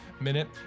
Minute